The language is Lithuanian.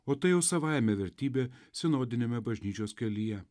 o tai jau savaime vertybė sinodiniame bažnyčios kelyje